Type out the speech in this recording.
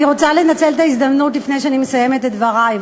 אני רוצה לנצל את ההזדמנות לפני שאני מסיימת את דברי.